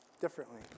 differently